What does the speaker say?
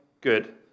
good